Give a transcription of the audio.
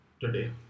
today